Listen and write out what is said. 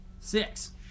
Six